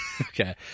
Okay